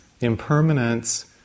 impermanence